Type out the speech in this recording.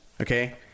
Okay